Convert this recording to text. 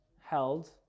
held